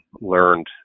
learned